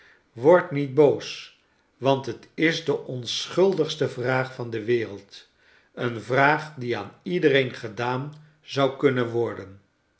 word niet boos want het is de onschuldigste vraag van de wereld een vraag die aan iedereen gedaan zou kunnen worden